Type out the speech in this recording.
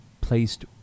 placed